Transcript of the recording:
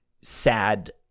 sad